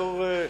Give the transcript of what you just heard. בתור,